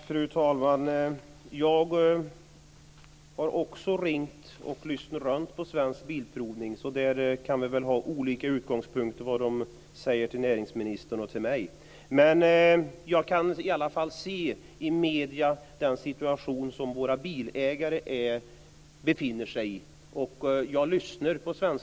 Fru talman! Jag har också ringt till Svensk Bilprovning. Det kan vara olika mellan det som man säger till näringsministern och det som man säger till mig. Men jag kan i alla fall se av medierna vilken situation som bilägarna befinner sig i och jag lyssnar på dem.